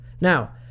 now